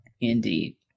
Indeed